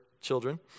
children